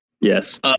Yes